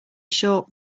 short